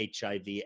hiv